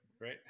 right